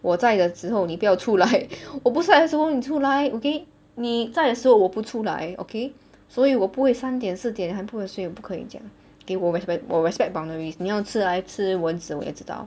我在的时候你不要出了我不在的时候你去来 okay 你在的时候我不出来 okay 所以我不会三点四点还不会睡不可以这样 K 我 respect 我 respect boundaries 你要吃还吃蚊子我也知道